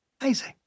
Amazing